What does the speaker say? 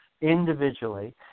individually